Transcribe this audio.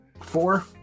Four